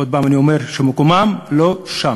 עוד פעם אני אומר שמקומם לא שם.